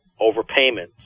overpayments